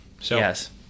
Yes